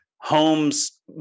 homes